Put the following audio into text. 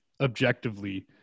objectively